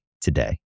today